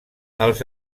els